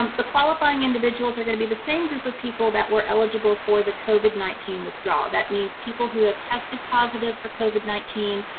um the qualifying individuals are going to be the same group of people that were eligible for the covid nineteen withdrawal. that means people who have tested positive for covid nineteen,